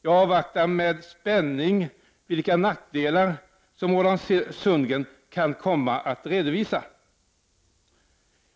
Jag avvaktar med spänning vilka nackdelar som Roland Sundgren kan komma att redovisa.